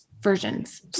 versions